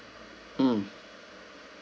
mm